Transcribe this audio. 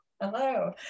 Hello